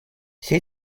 все